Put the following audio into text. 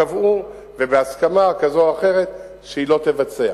קבעו בהסכמה כזו או אחרת שהיא לא תבצע.